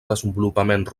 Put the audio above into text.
desenvolupament